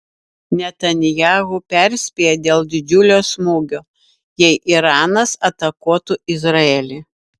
netanyahu perspėja dėl didžiulio smūgio jei iranas atakuotų izraelį